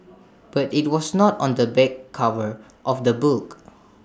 but IT was not on the back cover of the book